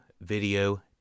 video